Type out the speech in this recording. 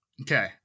Okay